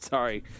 Sorry